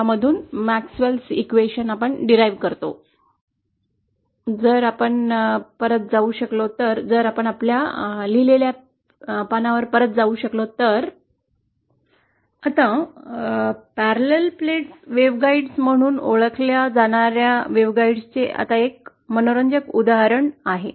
समांतर plate waveguide म्हणून ओळखल्या जाणार्या वेव्हगाइड चे आता एक मनोरंजक उदाहरण आहे